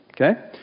Okay